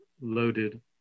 loaded